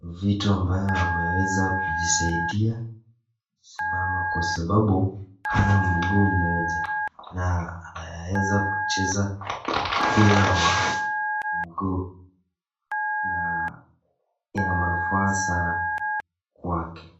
vitu ambayo ameweza kujisaidia kusimama kwa sababu hana mguu mmoja na anaweza kucheza mpira wa mguu. Na ina manufaa sana kwake.